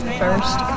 first